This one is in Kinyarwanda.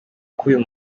k’uyu